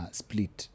split